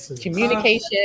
communication